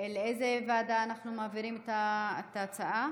לאיזו ועדה אנחנו מעבירים את ההצעה?